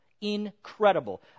Incredible